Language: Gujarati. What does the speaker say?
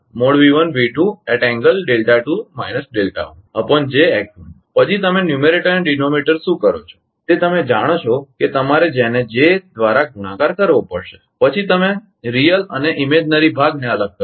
પછી તમે અંશ અને છેદ શું કરો છો તે તમે જાણો છો કે તમારે તેને જે દ્વારા ગુણાકાર કરવો પડશે અને પછી તમે વાસ્તવિકરીઅલ અને કાલ્પનિકઇમેજનરી ભાગને અલગ કરો